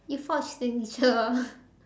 you forge signature